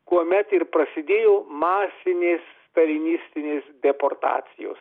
kuomet ir prasidėjo masinės stalinistinės deportacijos